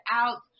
out